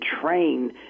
train